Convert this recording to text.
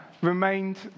remained